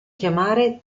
chiamare